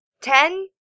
ten